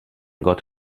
got